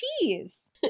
cheese